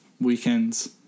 weekends